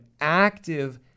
active